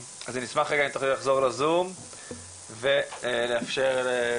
שלום לכולם, ותודה רבה על זה שאתה מקדיש